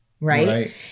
Right